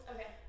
Okay